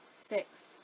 six